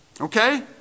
Okay